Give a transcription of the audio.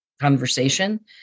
conversation